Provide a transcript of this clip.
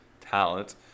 talent